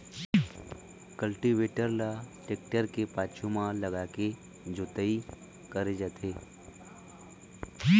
cultivator ल tractor के पाछू म लगाके जोतई करे जाथे